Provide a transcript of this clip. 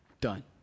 Done